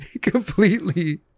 Completely